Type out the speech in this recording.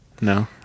No